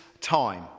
time